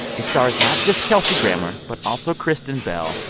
it stars not just kelsey grammer but also kristen bell.